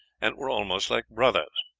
and were almost like brothers.